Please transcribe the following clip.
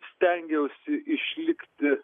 stengiausi išlikti